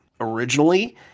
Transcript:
originally